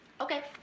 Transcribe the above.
Okay